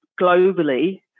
globally